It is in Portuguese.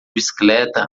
bicicleta